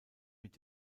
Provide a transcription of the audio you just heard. mit